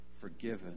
forgiven